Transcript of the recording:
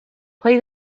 play